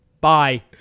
Bye